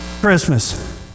christmas